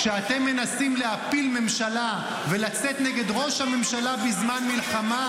כשאתם מנסים להפיל ממשלה ולצאת נגד ראש הממשלה בזמן מלחמה,